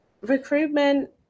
Recruitment